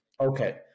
Okay